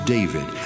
David